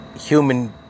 human